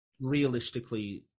realistically